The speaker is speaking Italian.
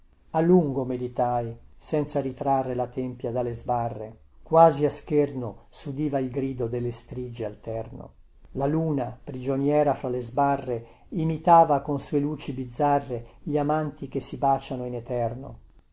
a lungo meditai senza ritrarre la tempia dalle sbarre quasi a scherno sudiva il grido delle strigi alterno la luna prigioniera fra le sbarre imitava con sue luci bizzarre gli amanti che si baciano in eterno